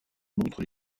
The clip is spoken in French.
montre